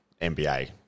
NBA